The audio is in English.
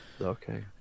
Okay